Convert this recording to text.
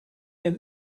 him